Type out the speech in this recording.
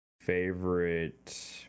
favorite